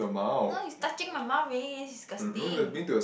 no you touching my mouth very disgusting